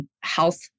health